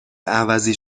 عوضی